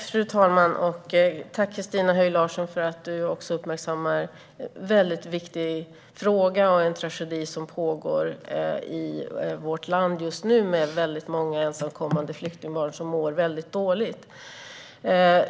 Fru talman! Tack, Christina Höj Larsen, för att också du uppmärksammar en viktig fråga och en tragedi som pågår i vårt land just nu med många ensamkommande flyktingbarn som mår väldigt dåligt!